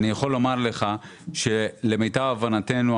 למיטב הבנתנו,